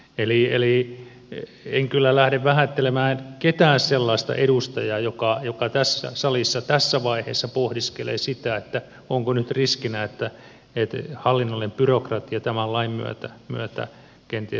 eli en kyllä lähde vähättelemään ketään sellaista edustajaa joka tässä salissa tässä vaiheessa pohdiskelee sitä onko nyt riskinä että hallinnollinen byrokratia tämän lain myötä kenties lisääntyy